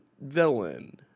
villain